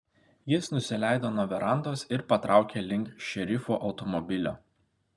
jis nusileido nuo verandos ir patraukė link šerifo automobilio